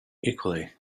equally